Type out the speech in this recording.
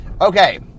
Okay